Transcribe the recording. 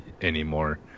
anymore